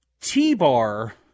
T-Bar